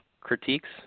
critiques